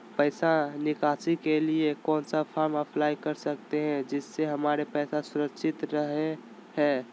पैसा निकासी के लिए कौन सा फॉर्म अप्लाई कर सकते हैं जिससे हमारे पैसा सुरक्षित रहे हैं?